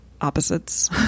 opposites